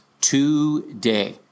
today